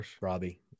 Robbie